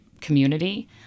community